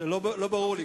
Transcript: לא ברור לי.